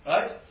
Right